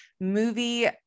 movie